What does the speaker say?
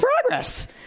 progress